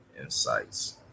insights